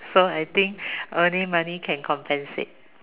so I think only money can compensate